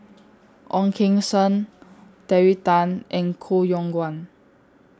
Ong Keng Sen Terry Tan and Koh Yong Guan